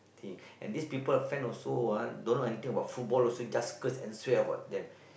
think and these people are fan also ah don't know anything about football also just curse and swear about them